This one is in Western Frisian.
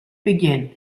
begjin